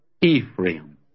Ephraim